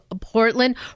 Portland